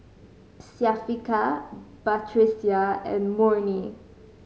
Syafiqah Batrisya and Murni